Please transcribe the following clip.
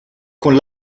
con